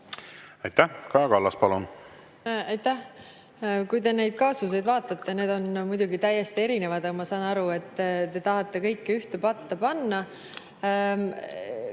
Aitäh! Kaja Kallas, palun! Aitäh! Kui te neid kaasuseid vaatate, need on muidugi täiesti erinevad, aga ma saan aru, et te tahate kõike ühte patta panna.